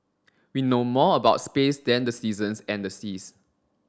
we know more about space than the seasons and the seas